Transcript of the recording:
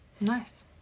Nice